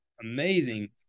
amazing